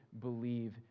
believe